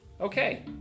Okay